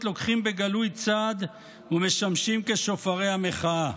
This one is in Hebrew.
לוקחים בגלוי צד ומשמשים כשופרי המחאה,